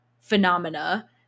phenomena